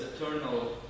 eternal